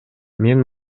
мен